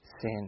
sin